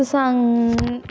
குத்து சாங்